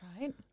Right